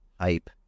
hype